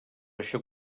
això